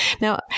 Now